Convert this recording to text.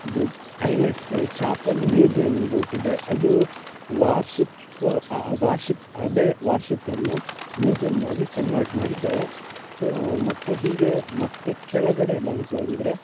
ದೂಕ್ I N S Chapal museum ಬೋಟಿದೆ ಅದು warship warship ಅದೇ ವಾರ್ಶಿಪ್ಪನ್ನ ಮ್ಯೂಸಿಯಮ್ ಆಗಿ ಕನ್ವರ್ಟ್ ಮಾಡಿದ್ದಾರೆ ಯಾ ಮತ್ತು ಹೀಗೇ ಮತ್ತು ಕೆಳಗಡೆ ಬಂತು ಅಂದರೆ